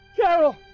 Carol